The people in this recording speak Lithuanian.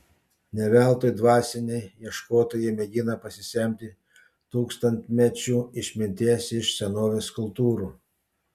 ne veltui dvasiniai ieškotojai mėgina pasisemti tūkstantmečių išminties iš senovės kultūrų